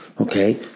Okay